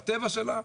בטבע שלה,